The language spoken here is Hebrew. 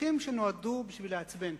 חוקים שנועדו לעצבן.